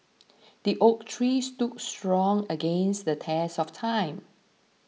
the oak tree stood strong against the test of time